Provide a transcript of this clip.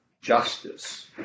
justice